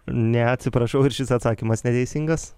ne atsiprašau ir šis atsakymas neteisingas